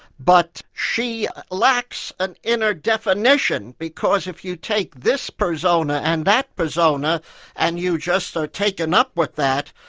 but she lacks an inner definition because if you take this persona and that persona and you just are taken up with that,